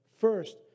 First